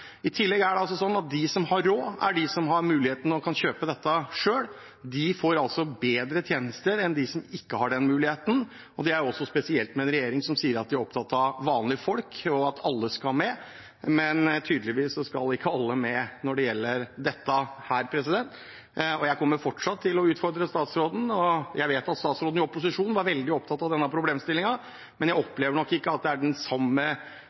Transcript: I tillegg er det altså sånn at de som har råd og har muligheten til å kjøpe dette selv, får bedre tjenester enn dem som ikke har den muligheten. Det er også spesielt når regjeringen sier at den er opptatt av vanlige folk, og at alle skal med. Tydeligvis skal ikke alle med når det gjelder dette her. Jeg kommer fortsatt til å utfordre statsråden. Jeg vet at statsråden i opposisjon var veldig opptatt av denne problemstillingen, men jeg opplever nok ikke den samme